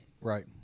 Right